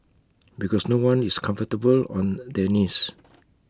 because no one is comfortable on their knees